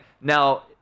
now